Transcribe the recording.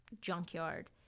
junkyard